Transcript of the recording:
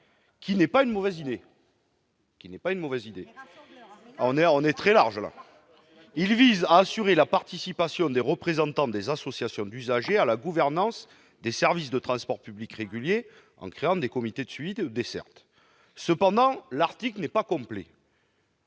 que nous sommes ouverts. L'idée n'est pas mauvaise. Il s'agit d'assurer la participation des représentants des associations d'usagers à la gouvernance des services de transports publics réguliers, en créant des comités de suivi des dessertes. Cependant, l'article ne nous paraît pas complet.